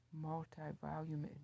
multi-volume